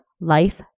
Life